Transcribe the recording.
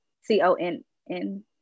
C-O-N-N